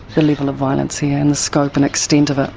the level of violence here and the scope and extent of it.